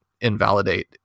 invalidate